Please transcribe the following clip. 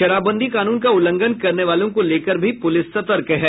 शराबबंदी कानून का उल्लंघन करने वालों को लेकर भी पुलिस सतर्क है